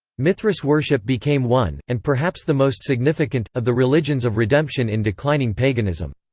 mithras-worship became one, and perhaps the most significant, of the religions of redemption in declining paganism.